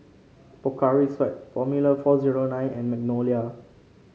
Pocari Sweat Formula four zero nine and Magnolia